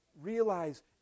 realize